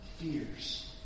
fears